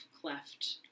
cleft